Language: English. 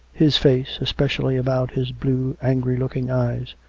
his face, especially about his blue, angry-looking eyes,